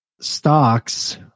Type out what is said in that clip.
stocks